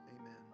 Amen